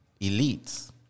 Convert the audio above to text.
elites